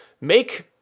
make